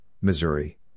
Missouri